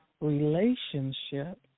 relationship